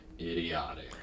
idiotic